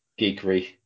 geekery